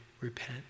repent